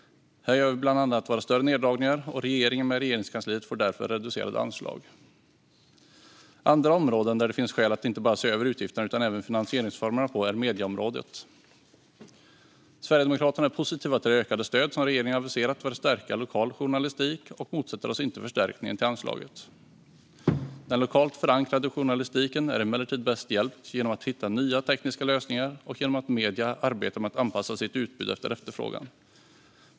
Här gör vi några större neddragningar, och regeringen med Regeringskansliet får därför reducerade anslag. Andra områden där det finns skäl att inte bara se över utgifterna utan även finansieringsformerna är medieområdet. Sverigedemokraterna är positiva till det ökade stöd som regeringen aviserat för att stärka lokal journalistik, och vi motsätter oss inte förstärkningen av anslaget. Den lokalt förankrade journalistiken är emellertid bäst hjälpt genom att man hittar nya tekniska lösningar och genom att medierna arbetar med att anpassa sitt utbud efter efterfrågan.